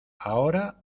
ahora